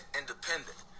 independent